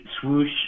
swoosh